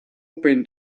open